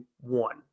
one